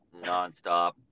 nonstop